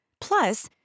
Plus